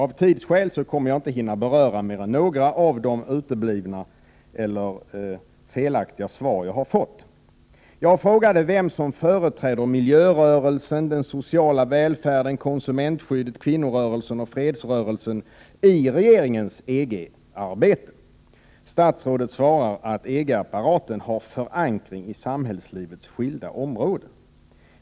Av tidsskäl kommer jag inte att hinna beröra mer än några av Anita Gradins uteblivna eller felaktiga svar. Jag frågade vem som företräder miljörörelsen, den sociala välfärden, konsumentskyddet, kvinnorörelsen och fredsrörelsen i regeringens EG arbete. Statsrådet svarade att EG-apparaten har förankring i samhällslivets skilda områden.